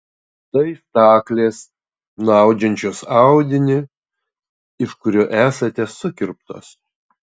tai staklės nuaudžiančios audinį iš kurio esate sukirptos